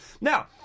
Now